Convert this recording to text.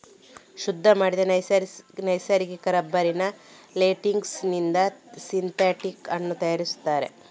ಶುದ್ಧ ಮಾಡಿದ ನೈಸರ್ಗಿಕ ರಬ್ಬರಿನ ಲೇಟೆಕ್ಸಿನಿಂದ ಸಿಂಥೆಟಿಕ್ ಅನ್ನು ತಯಾರಿಸ್ತಾರೆ